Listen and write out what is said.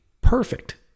Perfect